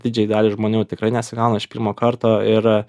didžiajai daliai žmonių tikrai nesigauna iš pirmo karto ir